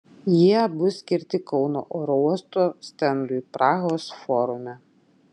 jie bus skirti kauno oro uosto stendui prahos forume